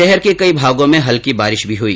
शहर के कई भागों में हल्की बारिश भी हुई